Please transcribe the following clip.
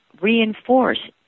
reinforce